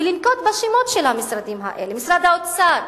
ולנקוב בשמות של המשרדים האלה: משרד האוצר,